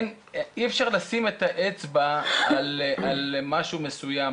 אי אפשר לשים את האצבע על משהו מסוים.